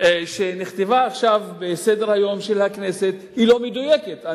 שנכתבה עכשיו בסדר-היום של הכנסת היא לא מדויקת.